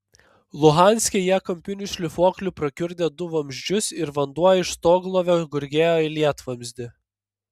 luhanske jie kampiniu šlifuokliu prakiurdė du vamzdžius ir vanduo iš stoglovio gurgėjo į lietvamzdį